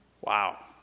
Wow